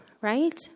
right